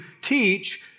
teach